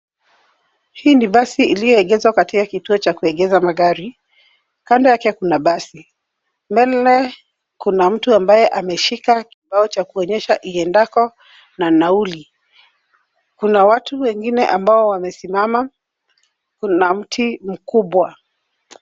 Hii ni basi iliyoegezwa katika kituo cha kuegeza magari. Kando yake kuna basi. Mbele kuna mtu ambaye ameshika kibao cha kuonyesha iendako na nauli. Kuna watu wengine ambao wamesimama. Kuna mti mkubwa.